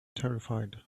terrified